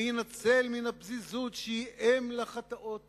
ולהינצל מהפזיזות שהיא אם לחטאות רבות."